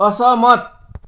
असहमत